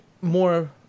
more